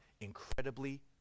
incredibly